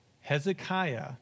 Hezekiah